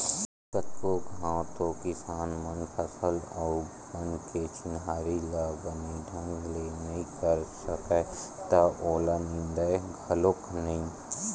कतको घांव तो किसान मन फसल अउ बन के चिन्हारी ल बने ढंग ले नइ कर सकय त ओला निंदय घलोक नइ